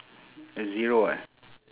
a zero eh